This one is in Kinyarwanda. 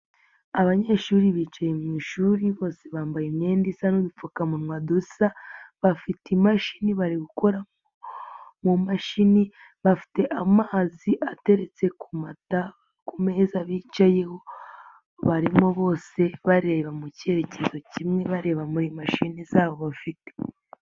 Abanyeshuri bicaye mu ishuri, bose bambaye imyenda isa n'udupfukamunwa dusa, bafite imashini, bari gukora mu mashini, bafite amazi ateretse ku mata ku meza bicayeho, barimo bose bareba mu cyerekezo kimwe, bareba muri mashini zabo bafite.